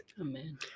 Amen